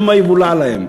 שמא יבולע להם.